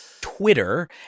Twitter